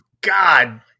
God